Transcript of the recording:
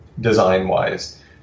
design-wise